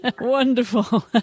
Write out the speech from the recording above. Wonderful